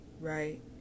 Right